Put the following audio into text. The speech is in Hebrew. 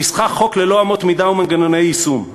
שניסחה חוק ללא אמות מידה ומנגנוני יישום.